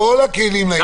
את כל הכלים אנחנו נותנים.